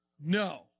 No